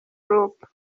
group